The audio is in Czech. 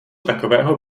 takového